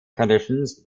conditions